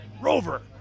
Rover